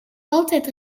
altijd